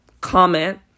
comment